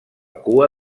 cua